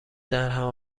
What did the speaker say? درهم